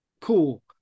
cool